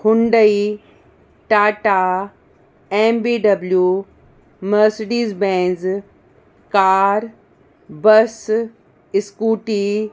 Hyundai Tata M B W Mercedes Benz car bus scooty